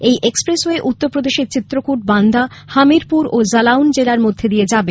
এই এক্সপ্রেসওয়ে উত্তরপ্রদেশের চিত্রকট বান্দা হামিরপুর ও জালাউন জেলার মধ্য দিয়ে যাবে